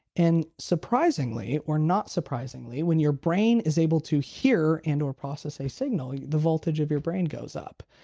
and surprisingly or not surprisingly, when your brain is able to hear and or process a signal, the voltage of your brain goes up.